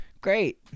Great